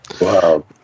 Wow